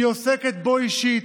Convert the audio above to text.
היא עוסקת בו אישית.